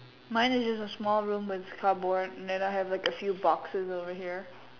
mine is just a small room but it is cardboard and then I like have a few boxes over here